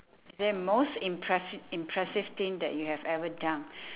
is there most impress~ impressive thing that you have ever done